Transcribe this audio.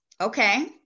Okay